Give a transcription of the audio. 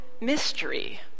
mystery